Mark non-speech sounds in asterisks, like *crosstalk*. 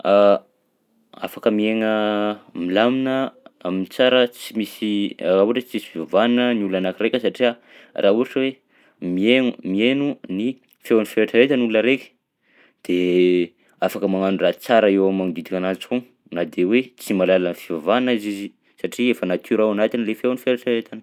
*hesitation* Afaka miaigna milamina am'tsara tsy misy *hesitation* ohatra hoe tsisy fivavahana ny olona anankiraika satria raha ohatra hoe mihaigno mihaigno ny feon'ny fieritreretana olona raika de afaka magnano raha tsara eo am'magnodidika ananjy foagna na de hoe tsy mahalala ny fivavahana aza izy satria efa natiora ao agnatiny lay feon'ny fieritreretana.